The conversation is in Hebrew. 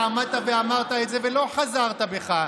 אתה עמדת ואמרת את זה ולא חזרת בך,